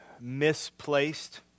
misplaced